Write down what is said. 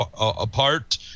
apart